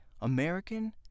American